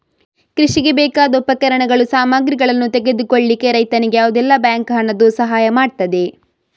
ಕೃಷಿಗೆ ಬೇಕಾದ ಉಪಕರಣಗಳು, ಸಾಮಗ್ರಿಗಳನ್ನು ತೆಗೆದುಕೊಳ್ಳಿಕ್ಕೆ ರೈತನಿಗೆ ಯಾವುದೆಲ್ಲ ಬ್ಯಾಂಕ್ ಹಣದ್ದು ಸಹಾಯ ಮಾಡ್ತದೆ?